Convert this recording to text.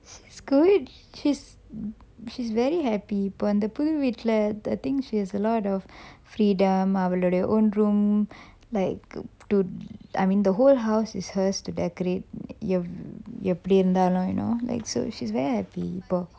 she's good she's very happy இப்ப அந்த புது வீட்ல:ippa antha puthu veetla I think she has a lot of freedom அவளுடைய:avaludaya own room like to I mean the whole house is hers to decorate எப்படி இருந்தாலும்:eppadi irunthalum you know like so she's very happy